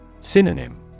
Synonym